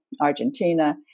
Argentina